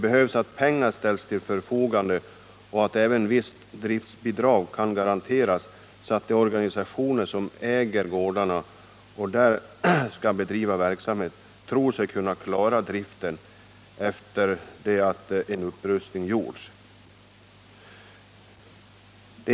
Pengar måste ställas till förfogande och ett visst driftbidrag måste även garanteras, så att de organisationer som äger gårdarna och där skall bedriva verksamhet tror sig kunna klara driften efter det att en upprustning gjorts.